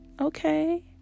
Okay